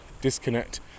disconnect